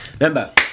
Remember